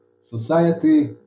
society